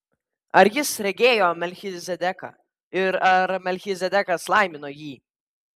ar jis regėjo melchizedeką ir ar melchizedekas laimino jį